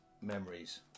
Memories